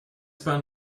bahn